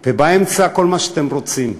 ובאמצע, כל מה שאתם רוצים,